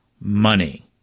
money